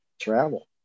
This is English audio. travel